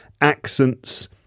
accents